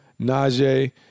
Najee